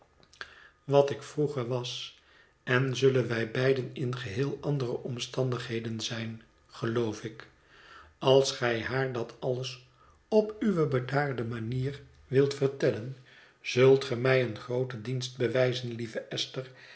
wat ik vroeger was en zullen wij beide in geheel andere omstandigheden zij n geloof ik als gij haar dat alles op uwe bedaarde manier wilt vertellen zult ge mij een grooten dienst bewijzen lieve esther